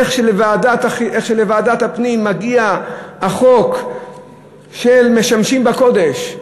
איך לוועדת הפנים מגיע החוק של משמשים בקודש,